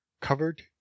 covered